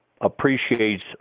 appreciates